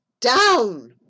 down